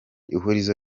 ihurizo